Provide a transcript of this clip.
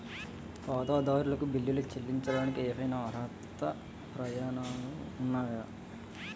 ఖాతాదారులకు బిల్లులు చెల్లించడానికి ఏవైనా అర్హత ప్రమాణాలు ఉన్నాయా?